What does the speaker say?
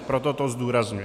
Proto to zdůrazňuji.